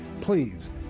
please